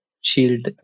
Shield